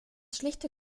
schlichte